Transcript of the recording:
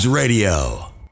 Radio